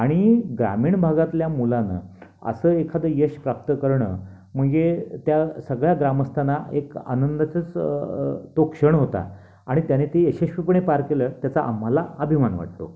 आणि ग्रामीण भागातल्या मुलानं असं एखादं यश प्राप्त करणं म्हणजे त्या सगळ्या ग्रामस्थांना एक आनंदाचाच तो क्षण होता आणि त्याने ती यशस्वीपणे पार केलं त्याचा आम्हाला अभिमान वाटतो